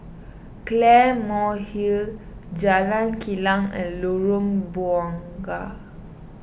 Claymore Hill Jalan Kilang and Lorong Bunga